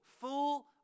full